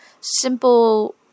simple